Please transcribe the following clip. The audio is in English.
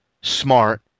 Smart